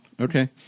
Okay